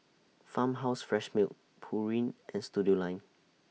Farmhouse Fresh Milk Pureen and Studioline